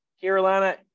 Carolina